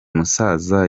musaza